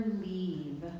leave